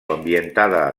ambientada